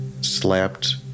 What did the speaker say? slept